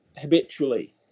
habitually